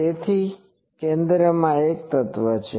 તેથી કેન્દ્રમાં એક તત્વ છે